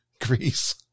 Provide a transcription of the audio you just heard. Greece